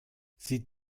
sie